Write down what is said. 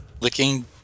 licking